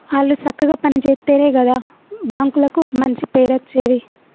ఆళ్లు సక్కగ పని జేత్తెనే గదా బాంకులకు మంచి పేరచ్చేది